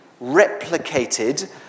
replicated